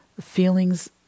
feelings